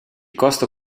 costo